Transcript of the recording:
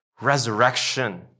resurrection